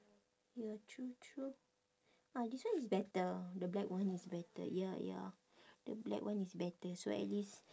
ya true true ah this one is better the black one is better ya ya the black one is better so at least